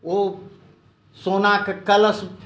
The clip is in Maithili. ओ सोनाके कलश